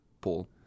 Paul